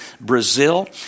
Brazil